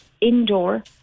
indoor